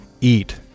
eat